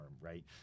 right